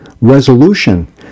resolution